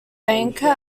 banker